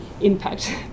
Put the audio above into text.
Impact